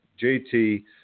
JT